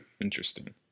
Interesting